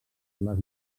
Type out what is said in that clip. les